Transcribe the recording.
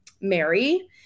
mary